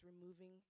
removing